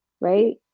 right